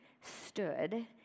stood